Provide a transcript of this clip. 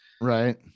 Right